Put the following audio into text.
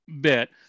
bit